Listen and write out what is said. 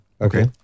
Okay